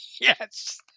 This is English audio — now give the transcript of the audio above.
yes